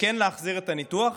כן להחזיר את הניתוח,